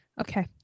Okay